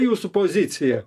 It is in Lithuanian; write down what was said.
jūsų pozicija